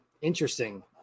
Interesting